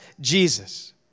Jesus